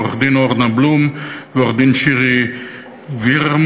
עורכת-הדין אורנה בלום ועורכת-הדין שירי וירמן,